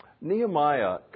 Nehemiah